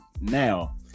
now